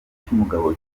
cy’umugabo